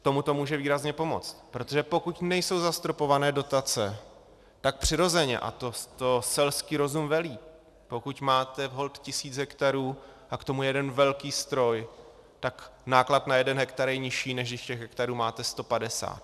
K tomu to může výrazně pomoct, protože pokud nejsou zastropovány dotace, tak přirozeně, a to selský rozum velí, pokud máte holt tisíc hektarů a k tomu jeden velký stroj, tak náklad na jeden hektar je nižší, než když těch hektarů máte sto padesát.